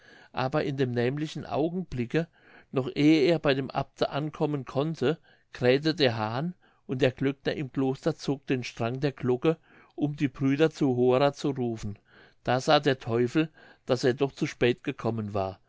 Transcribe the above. aber in dem nämlichen augenblicke noch ehe er bei dem abte ankommen konnte krähte der hahn und der glöckner im kloster zog den strang der glocke um die brüder zur hora zu rufen da sah der teufel daß er doch zu spät gekommen war